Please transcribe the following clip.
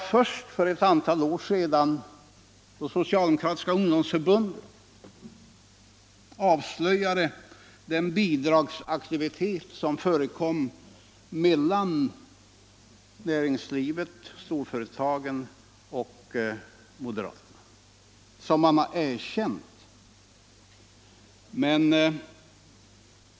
Först för ett antal år sedan, då det socialdemokratiska ungdomsförbundet avslöjade den bidragsaktivitet som förekom mellan näringslivet, storföretagen och moderaterna, har man erkänt bidragen.